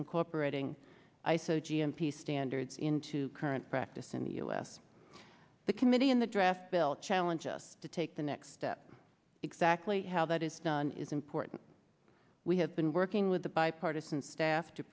incorporating iso g m p standards into current practice in the u s the committee in the draft bill challenge us to take the next step exactly how that is done is important we have been working with the bipartisan staff to